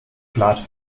glad